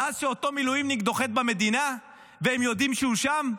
ואז כשאותו מילואימניק נוחת במדינה והם יודעים שהוא שם,